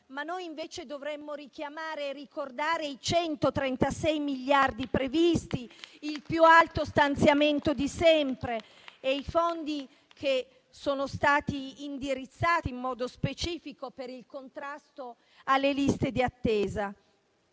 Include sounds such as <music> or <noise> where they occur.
Noi invece dovremmo richiamare e ricordare i 136 miliardi previsti, <applause> il più alto stanziamento di sempre, e i fondi che sono stati indirizzati in modo specifico per il contrasto alle liste di attesa.